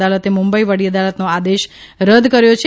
અદાલતે મુંબઇ વડી અદાલતનો આદેશ રદ કર્યો છે